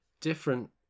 different